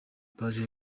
paji